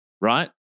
Right